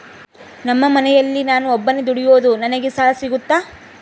ನಮ್ಮ ಮನೆಯಲ್ಲಿ ನಾನು ಒಬ್ಬನೇ ದುಡಿಯೋದು ನನಗೆ ಸಾಲ ಸಿಗುತ್ತಾ?